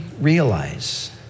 realize